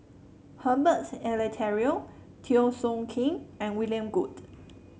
Herbert Eleuterio Teo Soon Kim and William Goode